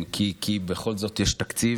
כי בכל זאת יש תקציב.